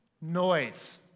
noise